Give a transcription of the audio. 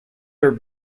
our